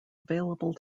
available